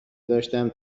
داشتم